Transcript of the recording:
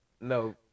No